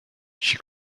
she